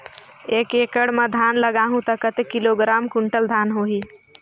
एक एकड़ मां धान लगाहु ता कतेक किलोग्राम कुंटल धान होही?